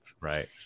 Right